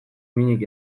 minik